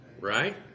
right